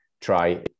try